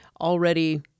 already